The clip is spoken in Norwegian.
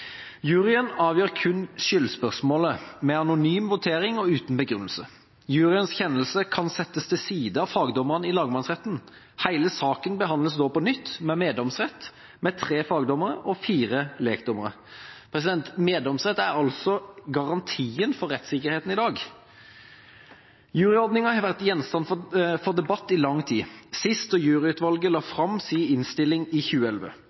avgjør kun skyldspørsmålet – ved anonym votering og uten begrunnelse. Juryens kjennelse kan settes til side av fagdommerne i lagmannsretten. Hele saken behandles da på nytt med meddomsrett med tre fagdommere og fire lekdommere. Meddomsrett er altså garantien for rettssikkerheten i dag! Juryordninga har vært gjenstand for debatt i lang tid – sist da juryutvalget la fram sin innstilling i 2011.